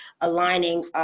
aligning